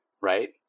right